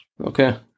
okay